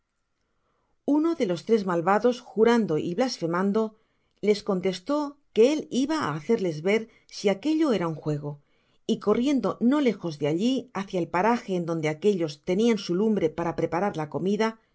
uno de los tres malvados jurando y blasfemando les contestó que él iba á hacerles ver si aquello era un juego y corriendo no lejos de alli hacia el paraje en donde aquellos tenian su lumbre para preparar la comida